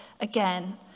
again